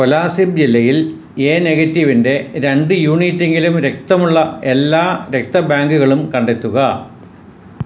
കൊലാസിബ് ജില്ലയിൽ എ നെഗറ്റീവിൻ്റെ രണ്ട് യൂണിറ്റെങ്കിലും രക്തമുള്ള എല്ലാ രക്ത ബാങ്കുകളും കണ്ടെത്തുക